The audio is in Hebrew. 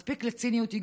מספיק לציניות.